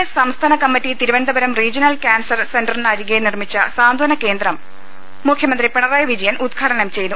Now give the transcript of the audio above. S സംസ്ഥാന കമ്മിറ്റി Thiruvananthapuram regional cancer സെന്ററിനരികിൽ നിർമ്മിച്ച സാന്ത്രന കേന്ദ്രം മുഖ്യമന്ത്രി പിണറായി വിജയൻ ഉദ്ഘാടനം ചെയ്തു